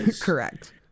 Correct